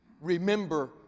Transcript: remember